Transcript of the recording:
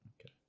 Okay